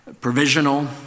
provisional